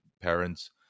parents